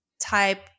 type